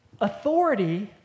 authority